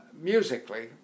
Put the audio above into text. musically